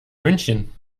münchen